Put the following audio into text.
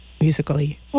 musically